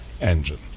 engine